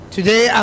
Today